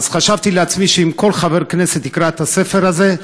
חשבתי לעצמי שאם כל חבר כנסת יקרא את הספר הזה,